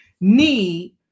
need